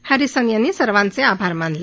हप्रिसन यांनी सर्वांचे आभार मानले